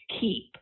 keep